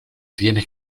tienes